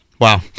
Wow